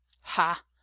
Ha